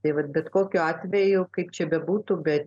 tai vat bet kokiu atveju kaip čia bebūtų bet